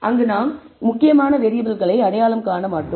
அங்கு நாம் முக்கியமான வேறியபிள்களை அடையாளம் காண மாட்டோம்